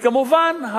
כמובן,